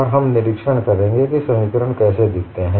और हम निरीक्षण करेंगे कि समीकरण कैसे दिखते हैं